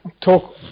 talk